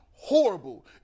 Horrible